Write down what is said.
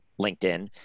LinkedIn